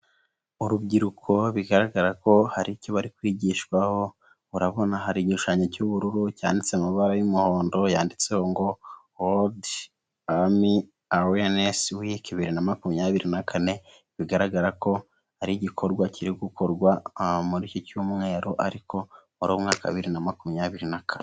Urubyiruko bigaragara ko hari icyo bari kwigishwaho, urabona hari igishushanyo cy'ubururu cyanditse ama ibara y'umuhondo yanditseho ngo wodi awelinesi weki bibiri na makumyabiri na kane, bigaragara ko ari igikorwa kiri gukorwa muri iki cyumweru, ariko wari umwaka bibiri na makumyabiri na kane.